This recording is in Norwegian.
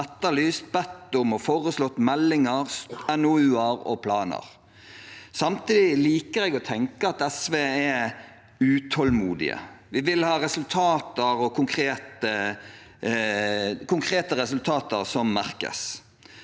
etterlyst, bedt om og foreslått meldinger, NOU-er og planer. Samtidig liker jeg å tenke at vi i SV er utålmodige, vi vil ha konkrete resultater som merkes.